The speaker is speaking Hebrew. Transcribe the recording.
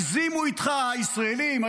הגזימו איתך הישראלים,